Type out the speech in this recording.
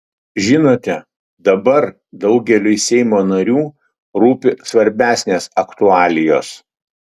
žinote dabar daugeliui seimo narių rūpi svarbesnės aktualijos